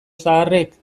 zaharrek